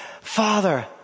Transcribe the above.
Father